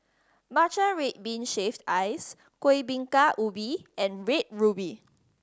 matcha red bean shaved ice Kueh Bingka Ubi and Red Ruby